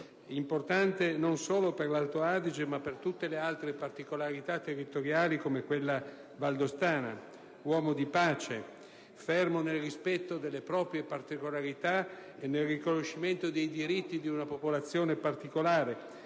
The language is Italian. importante non solo per l'Alto Adige, ma per tutte le altre particolarità territoriali come quella valdostana. Uomo di pace, fermo nel rispetto delle proprie peculiarità e nel riconoscimento dei diritti di una popolazione particolare,